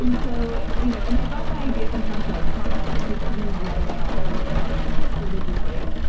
and so you know and i got that idea from hunter s. thompson, whose whose writing i also studied religiously,